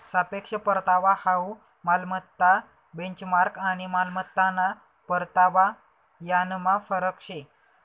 सापेक्ष परतावा हाउ मालमत्ता बेंचमार्क आणि मालमत्ताना परतावा यानमा फरक शे